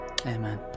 amen